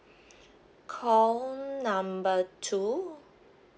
call number two